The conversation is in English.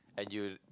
and you